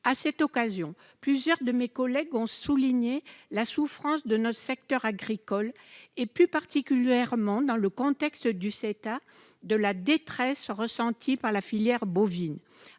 À cette occasion, plusieurs de mes collègues ont souligné la souffrance de notre secteur agricole et, plus particulièrement dans le contexte du CETA, de la détresse ressentie par la filière bovine.